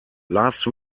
last